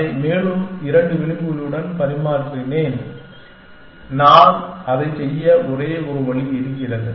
அதை மேலும் இரண்டு விளிம்புகளுடன் மாற்றினேன் நான் அதை செய்ய ஒரே ஒரு வழி இருக்கிறது